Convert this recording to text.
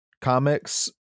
comics